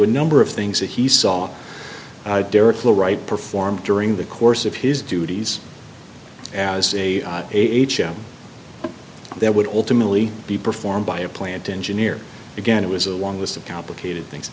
a number of things that he saw the right performed during the course of his duties as a a h m that would ultimately be performed by a plant engineer again it was a long list of complicated things